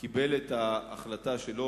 קיבל את ההחלטה שלו,